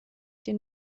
den